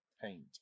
paint